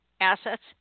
assets